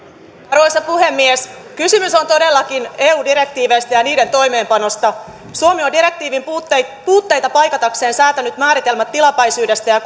arvoisa puhemies kysymys on todellakin eu direktiiveistä ja ja niiden toimeenpanosta suomi on direktiivin puutteita puutteita paikatakseen säätänyt määritelmät tilapäisyydestä ja